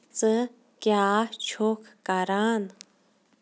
ژٕ کیٛاہ چھُکھ کران